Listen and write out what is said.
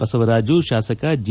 ಬಸವರಾಜು ಶಾಸಕ ಜಿ